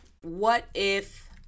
what-if